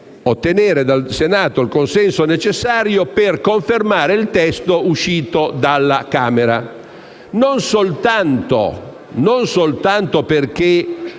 decreto era ottenere dal Senato il consenso necessario per confermare il testo uscito dalla Camera, non soltanto perché